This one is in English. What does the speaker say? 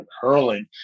hurling